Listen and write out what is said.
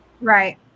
Right